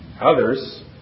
Others